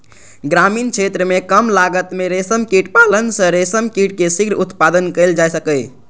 ग्रामीण क्षेत्र मे कम लागत मे रेशम कीट पालन सं रेशम कीट के शीघ्र उत्पादन कैल जा सकैए